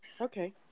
okay